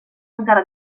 encara